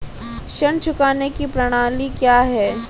ऋण चुकाने की प्रणाली क्या है?